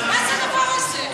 מה זה הדבר הזה?